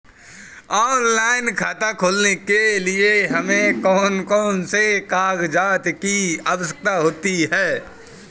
Online खाता खोलने के लिए हमें कौन कौन से कागजात की आवश्यकता होती है?